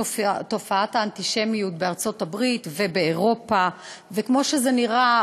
תופעת האנטישמיות בארצות-הברית ובאירופה וכמו שזה נראה,